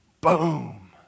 boom